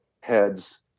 heads